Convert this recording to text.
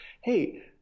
hey